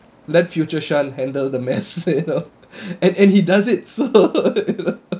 let future sean handle the mess you know and and he does it so